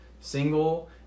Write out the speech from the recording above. single